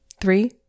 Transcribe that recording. three